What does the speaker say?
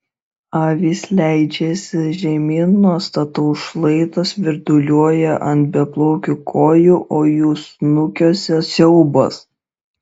avys leidžiasi žemyn nuo stataus šlaito svirduliuoja ant beplaukių kojų o jų snukiuose siaubas